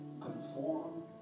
conform